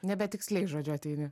nebe tiksliai žodžiu ateini